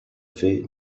fer